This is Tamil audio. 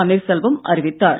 பன்னீர் செல்வம் அறிவித்தார்